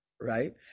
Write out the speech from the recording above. right